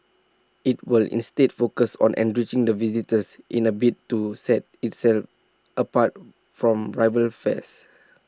IT will instead focus on enriching the visitor's in A bid to set itself apart from rival fairs